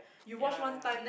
ya ya ya